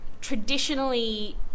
traditionally